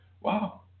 wow